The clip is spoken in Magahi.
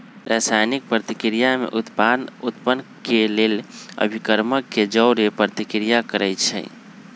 रसायनिक प्रतिक्रिया में उत्पाद उत्पन्न केलेल अभिक्रमक के जओरे प्रतिक्रिया करै छै